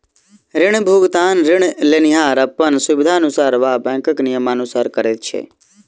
ऋण भुगतान ऋण लेनिहार अपन सुबिधानुसार वा बैंकक नियमानुसार करैत छै